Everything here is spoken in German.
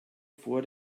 vor